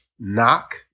knock